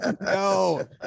No